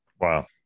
Wow